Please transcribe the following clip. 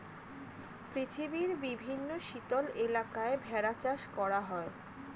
পৃথিবীর বিভিন্ন শীতল এলাকায় ভেড়া চাষ করা হয়